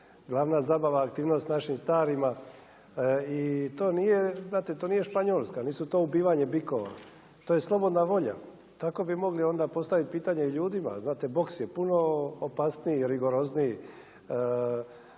glavna zabava, aktivnost naših starima, i to nije, znate, to nije Španjolska, nisu to ubijanja bikova, to je slobodna volja. Tako bi mogli onda postaviti pitanje i ljudima, znate boks je puno opasniji i rigorozniji